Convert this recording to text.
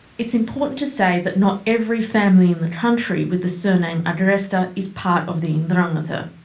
it's important to say that not every family in the country with the surname agresta is part of the ndrangheta.